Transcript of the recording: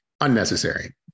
unnecessary